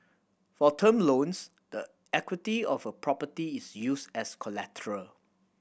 for term loans the equity of a property is used as collateral